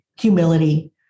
humility